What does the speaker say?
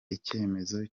icyemezo